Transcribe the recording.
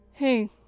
Hey